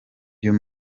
you